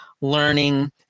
learning